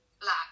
black